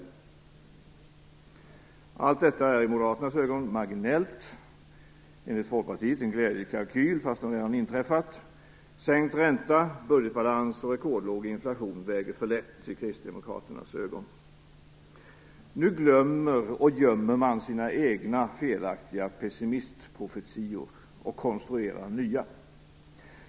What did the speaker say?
Allt detta är i Moderaternas ögon marginellt. Enligt Folkpartiet är det glädjekalkyler, trots att det redan har inträffat. Sänkt ränta, budgetbalans och rekordlåg inflation väger för lätt i Kristdemokraternas ögon. Nu glömmer och gömmer man sina egna, felaktiga pessimistprofetior och konstruerar nya.